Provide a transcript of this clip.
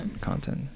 content